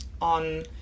on